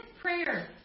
prayer